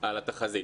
על התחזית.